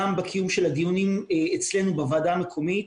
גם בקיום של הדיונים אצלנו בוועדה המקומית,